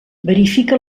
verifica